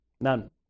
None